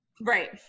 Right